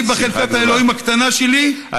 אני, בחלקת האלוהים הקטנה שלי, בשמחה גדולה.